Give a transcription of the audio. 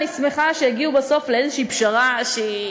אני שמחה שהגיעו בסוף לאיזושהי פשרה שהיא